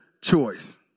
choice